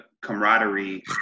camaraderie